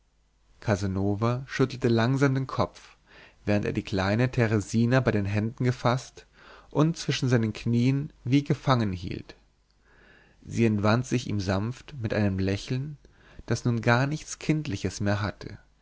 casanova schüttelte langsam den kopf während er die kleine teresina bei den händen gefaßt und zwischen seinen knien wie gefangen hielt sie entwand sich ihm sanft mit einem lächeln das nun gar nichts kindliches mehr hatte